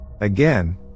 Again